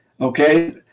Okay